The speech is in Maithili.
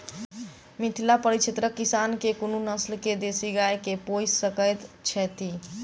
मिथिला परिक्षेत्रक किसान केँ कुन नस्ल केँ देसी गाय केँ पोइस सकैत छैथि?